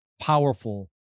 powerful